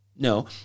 No